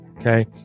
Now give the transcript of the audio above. Okay